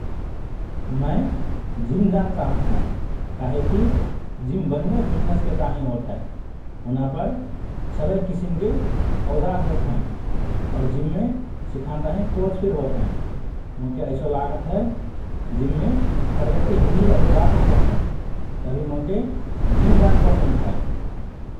मए जिम जान चाहत हओं । कहेकि जिम बनुए फिटनेसके ताहिँ होत हए । हुना पर सबए किसिमे औजार होत हएँ । और जिममे सिखान ताहिँ कोच फिर होत हएँ । मोके ऐसो लागत हए जिममे प्रगति हल्लि और जाधा होत हए । तभि मोके जिम जान पसन्द हए ।